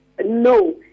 no